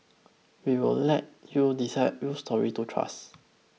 we'll let you decide whose story to trust